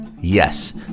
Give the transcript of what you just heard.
Yes